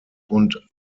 und